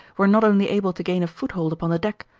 were not only able to gain a foothold upon the deck,